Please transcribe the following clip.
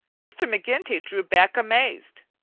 mr. mcginty drew back amazed.